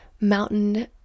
mountain